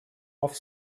off